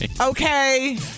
okay